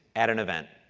add an event.